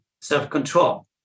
self-control